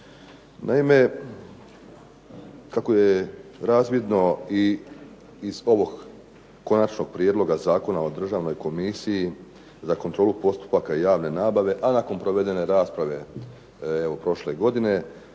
Naime, kako je razvidno i iz ovog konačnog prijedloga Zakona o Državnoj komisiji za kontrolu postupaka javne nabave, a nakon provedene rasprave prošle godine